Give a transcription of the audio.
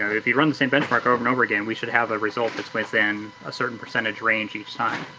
if you run the same benchmark over and over again, we should have a result that's within a certain percentage range each time.